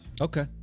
Okay